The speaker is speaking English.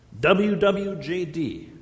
WWJD